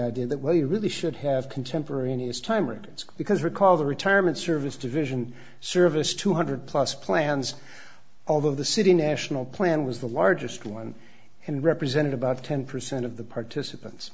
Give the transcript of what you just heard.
idea that well you really should have contemporaneous time records because recall the retirement service division service two hundred plus plans of the city national plan was the largest one and represented about ten percent of the participants